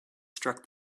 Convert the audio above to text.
struck